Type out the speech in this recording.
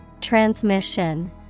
Transmission